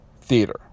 theater